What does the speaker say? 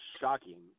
shocking